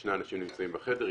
כששני אנשים נמצאים בחדר,